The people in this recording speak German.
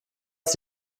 ist